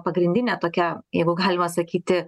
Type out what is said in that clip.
pagrindinė tokia jeigu galima sakyti